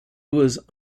was